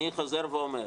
אני חוזר ואומר,